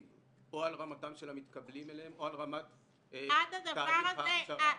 או על רמתם של המתקבלים אליהם או על רמת תהליך ההכשרה.